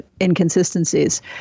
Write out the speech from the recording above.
inconsistencies